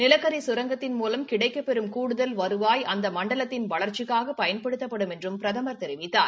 நிலக்கரி கரங்கத்தின் மூலம் கிடைக்கப்பெறும் கூடுதல் வருவாய் அந்த மணடலத்தின் வளர்ச்சிக்காக பயன்படுத்தப்படும் என்றும் பிரதமர் தெரிவித்தார்